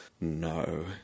no